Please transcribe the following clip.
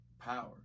power